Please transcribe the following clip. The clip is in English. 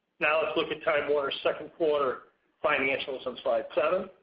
now let's look at time warner second quarter financials on slide seven.